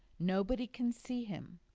nobody can see him.